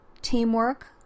Teamwork